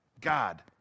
God